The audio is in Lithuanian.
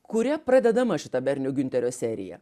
kuria pradedama šita bernio giunterio serija